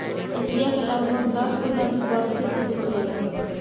Asia के लगभग दसगो नदी बरफे से निकलेला